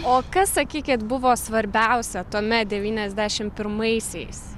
o kas sakykit buvo svarbiausia tuomet devyniasdešim pirmaisiais